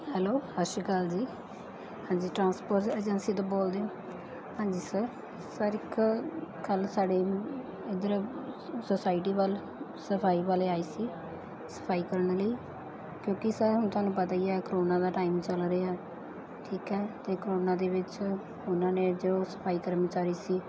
hello ਸਤਿ ਸ਼੍ਰੀ ਅਕਾਲ ਜੀ ਹਾਂਜੀ ਟਰਾਂਸਪੋਰਟ ਏਜੰਸੀ ਤੋਂ ਬੋਲਦੇ ਹੋ ਹਾਂਜੀ ਸਰ ਸਰ ਇੱਕ ਕੱਲ੍ਹ ਸਾਡੇ ਇੱਧਰ ਸੋਸਾਇਟੀ ਵੱਲ ਸਫਾਈ ਵਾਲੇ ਆਏ ਸੀ ਸਫਾਈ ਕਰਨ ਲਈ ਕਿਉਂਕਿ ਸਰ ਹੁਣ ਤੁਹਾਨੂੰ ਪਤਾ ਹੀ ਹੈ ਕਰੋਨਾ ਦਾ ਟਾਈਮ ਚੱਲ ਰਿਹਾ ਠੀਕ ਹੈ ਅਤੇ ਕਰੋਨਾ ਦੇ ਵਿੱਚ ਉਹਨਾਂ ਨੇ ਜੋ ਸਫਾਈ ਕਰਮਚਾਰੀ ਸੀ